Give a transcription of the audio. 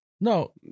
No